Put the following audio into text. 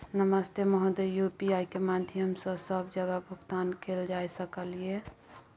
नमस्ते महोदय, यु.पी.आई के माध्यम सं सब जगह भुगतान कैल जाए सकल ये?